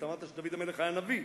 אתה אמרת שדוד המלך היה נביא,